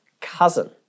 cousin